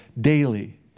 daily